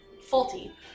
faulty